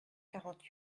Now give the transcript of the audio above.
quarante